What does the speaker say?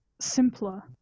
simpler